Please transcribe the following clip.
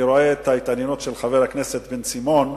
אני רואה את ההתעניינות של חבר הכנסת בן-סימון בנושא,